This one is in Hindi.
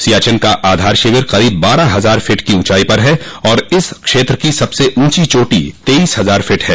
सियाचिन का आधार शिविर करीब बारह हजार फीट की ऊंचाई पर है और इस क्षेत्र की सबसे ऊंची चोटी तेइस हजार फीट है